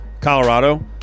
Colorado